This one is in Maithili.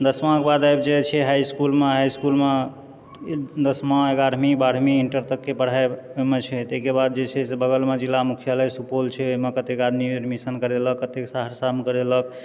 दशमाके बाद आबि जाइत छै हाई इसकुलमे हाई स्कूलमे दशमांँ एगारहमी बारहमी तकके पढाई ओहिमे छै ताहिके बाद बगलमे जिला मुख्यालय सुपौल छै ओहिमे कतेक आदमी एडमिशन करेलक कतेक आदमी सहरसामे करेलक